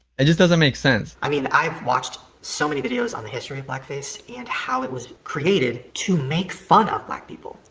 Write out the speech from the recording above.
it just doesn't make sense. i mean, i've watched so many videos on the history of blackface and how it was created to make fun of black people,